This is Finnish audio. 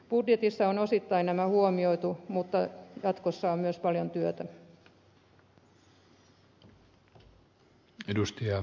budjetissa on osittain nämä huomioitu mutta jatkossa on myös paljon työtä